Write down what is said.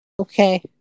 Okay